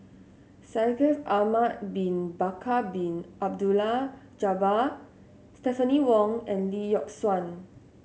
Shaikh Ahmad Bin Bakar Bin Abdullah Jabbar Stephanie Wong and Lee Yock Suan